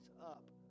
up